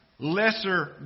Lesser